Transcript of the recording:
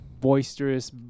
boisterous